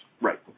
Right